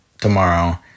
tomorrow